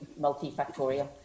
multifactorial